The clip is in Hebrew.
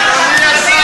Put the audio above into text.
שאפו.